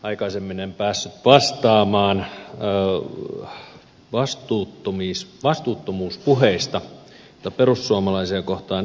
aikaisemmin en päässyt vastaamaan vastuuttomuuspuheista joita perussuomalaisia kohtaan esitettiin